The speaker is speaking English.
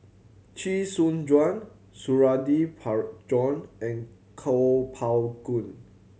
Chee Soon Juan Suradi Parjo and Kuo Pao Kun